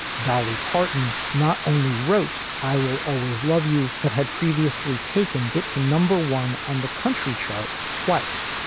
dolly parton not only wrote i will always love you, but had previously taken it to number one on the country chart twice.